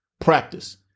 practice